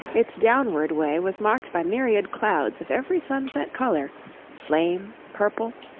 its downward way was marked by myriad clouds of every sunset-colour flame, purple,